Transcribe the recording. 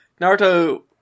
Naruto